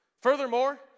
Furthermore